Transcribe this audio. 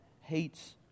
hates